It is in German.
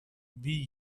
wie